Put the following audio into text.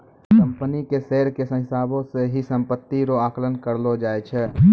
company के share के हिसाबौ से ही सम्पत्ति रो आकलन करलो जाय छै